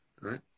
right